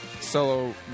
solo